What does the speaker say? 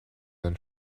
then